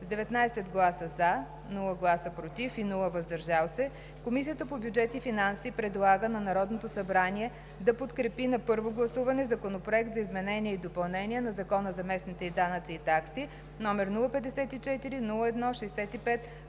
с 19 гласа „за“, без „против“ и „въздържал се“ Комисията по бюджет и финанси предлага на Народното събрание да подкрепи на първо гласуване Законопроект за изменение и допълнение на Закона за местните данъци и такси, № 054-01-65,